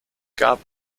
gab